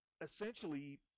essentially